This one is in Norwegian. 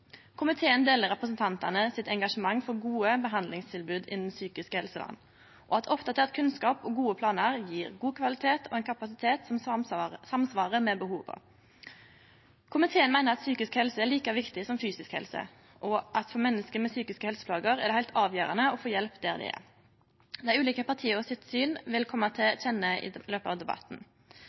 Komiteen deler engasjementet til representantane for gode behandlingstilbod innan psykisk helsevern og at oppdatert kunnskap og gode planar gjev god kvalitet og ein kapasitet som samsvarar med behova. Komiteen meiner at psykisk helse er like viktig som fysisk helse, og at for menneske med psykiske helseplager er det heilt avgjerande å få hjelp der dei er. Synet til dei ulike partia vil kome til kjenne i løpet av debatten.